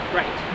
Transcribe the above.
right